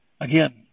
again